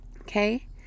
Okay